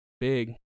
big